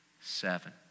seven